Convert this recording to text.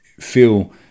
feel